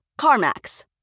CarMax